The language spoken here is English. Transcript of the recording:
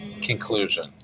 conclusion